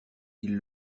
ils